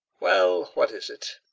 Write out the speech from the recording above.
well, what is it?